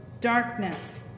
darkness